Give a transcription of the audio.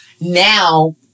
Now